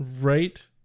Right